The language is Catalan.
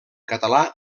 català